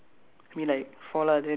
uh it's divided into four